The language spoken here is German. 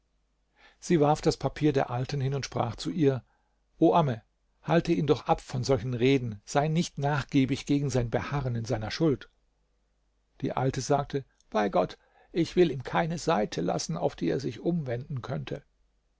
sie warf das papier der alten hin und sprach zu ihr o amme halte ihn doch ab von solchen reden sei nicht nachgiebig gegen sein beharren in seiner schuld die alte sagte bei gott ich will im keine seite lassen auf die er sich umwenden könnte